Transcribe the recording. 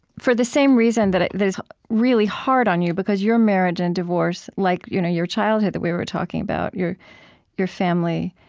for the same reason that ah it's really hard on you, because your marriage and divorce, like you know your childhood that we were talking about, your your family,